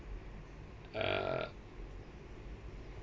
uh